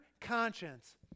conscience